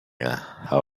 how